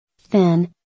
thin